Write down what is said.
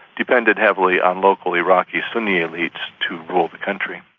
depended heavily on local iraqi sunni elites to rule the country.